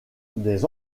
des